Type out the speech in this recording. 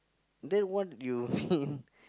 then what you mean